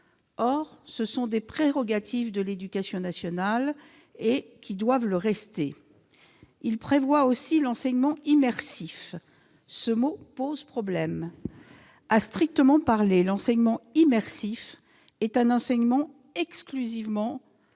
Or ce sont là des prérogatives de l'éducation nationale et qui doivent le rester. Cet alinéa prévoit aussi l'enseignement immersif. Ce mot pose problème. À strictement parler, l'enseignement immersif est un enseignement exclusivement